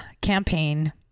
campaign